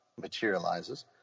materializes